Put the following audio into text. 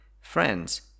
Friends